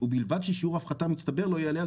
ובלבד ששיעור ההפחתה המצטבר לא יעלה על